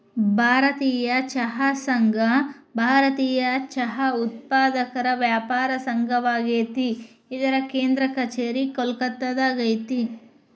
ಭಾರತೇಯ ಚಹಾ ಸಂಘ ಭಾರತೇಯ ಚಹಾ ಉತ್ಪಾದಕರ ವ್ಯಾಪಾರ ಸಂಘವಾಗೇತಿ ಇದರ ಕೇಂದ್ರ ಕಛೇರಿ ಕೋಲ್ಕತ್ತಾದಾಗ ಐತಿ